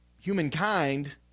humankind